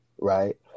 right